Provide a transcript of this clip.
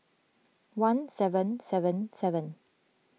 one seven seven seven